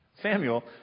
Samuel